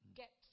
get